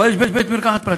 אבל יש בית-מרקחת פרטי.